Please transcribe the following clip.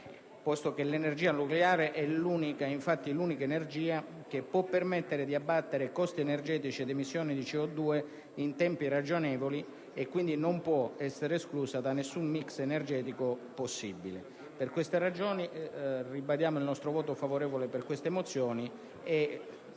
ricorso all'energia nucleare, che è l'unica che può permettere di abbattere costi energetici ed emissioni di CO2 in tempi ragionevoli e quindi non può essere esclusa da alcun mix energetico possibile. Per queste ragioni ribadiamo il voto favorevole su queste mozioni,